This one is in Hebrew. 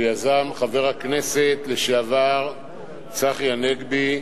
שיזם חבר הכנסת לשעבר צחי הנגבי,